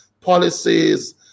policies